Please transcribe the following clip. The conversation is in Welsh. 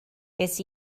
ces